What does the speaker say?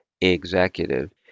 executive